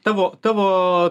tavo tavo